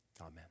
amen